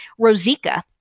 Rosica